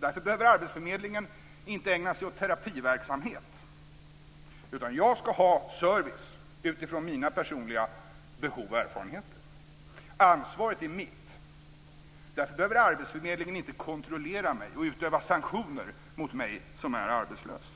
Därför behöver arbetsförmedlingen inte ägna sig åt terapiverksamhet. Jag ska ha service utifrån mina personliga behov och erfarenheter. Ansvaret är mitt. Därför behöver arbetsförmedlingen inte kontrollera mig och utöva sanktioner mot mig som är arbetslös.